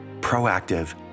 proactive